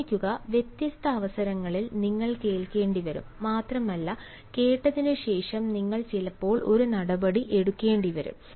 ഓർമ്മിക്കുക വ്യത്യസ്ത അവസരങ്ങളിൽ നിങ്ങൾ കേൾക്കേണ്ടിവരും മാത്രമല്ല കേട്ടതിനുശേഷം നിങ്ങൾ ചിലപ്പോൾ ഒരു നടപടി എടുക്കേണ്ടിവരും